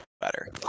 better